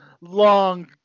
long